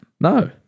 No